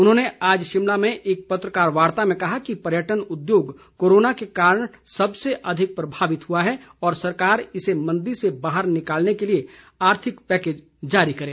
उन्होंने आज शिमला में एक पत्रकार वार्ता में कहा कि पर्यटन उद्योग कोरोना के कारण सबसे अधिक प्रभावित हुआ है और सरकार इसे मंदी से बाहर निकालने के लिए आर्थिक पैकेज जारी करें